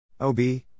OB